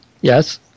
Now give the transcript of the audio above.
Yes